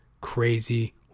crazy